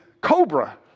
cobra